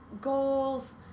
goals